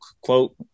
quote